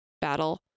battle